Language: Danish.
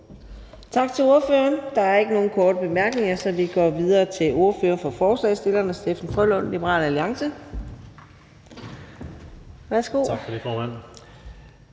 Tak til ordføreren. Der er ikke nogen korte bemærkninger, så vi går videre til ordføreren for forslagsstillerne, hr. Steffen W. Frølund fra Liberal Alliance. Værsgo. Kl. 23:29 (Ordfører